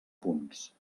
punts